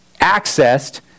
accessed